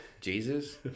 Jesus